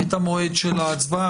את המועד של ההצבעה,